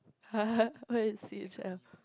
what is C_H_L